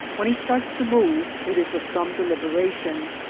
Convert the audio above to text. when he starts to move, it is with some deliberation.